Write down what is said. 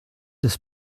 des